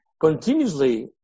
Continuously